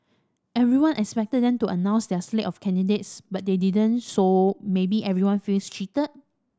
everyone expected them to announce their slate of candidates but they didn't so maybe everyone feels cheated